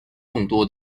众多